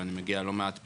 ואני מגיע לא מעט פעמים,